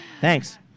Thanks